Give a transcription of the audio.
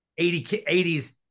80s